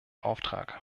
auftrag